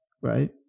right